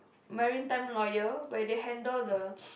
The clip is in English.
marine time lawyer where they handle the